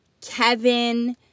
Kevin